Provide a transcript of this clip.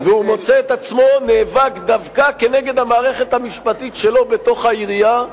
והוא מוצא את עצמו נאבק דווקא כנגד המערכת המשפטית שלו בתוך העירייה,